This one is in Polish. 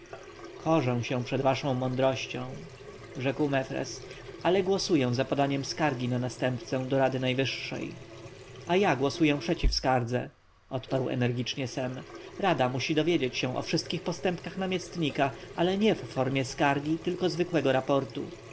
korzę się przed waszą mądrością rzekł mefres ale głosuję za podaniem skargi na następcę do rady najwyższej a ja głosuję przeciw skardze odparł energicznie sem rada musi dowiedzieć się o wszystkich postępkach namiestnika ale nie w formie skargi tylko zwykłego raportu